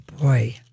boy